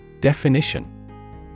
Definition